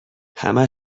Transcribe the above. همه